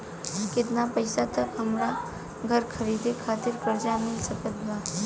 केतना पईसा तक हमरा घर खरीदे खातिर कर्जा मिल सकत बा?